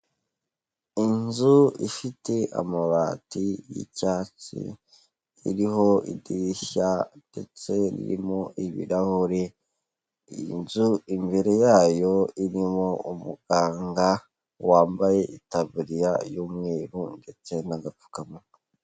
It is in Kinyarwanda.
Inzu ifite amabati y'icyatsi iriho idirishya ndetse irimo ibirahure, iyi nzu imbere yayo irimo umuganga wambaye itaburiya y'umweru ndetse n'agapfukamunwa.